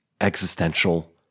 existential